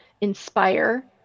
inspire